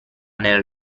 nel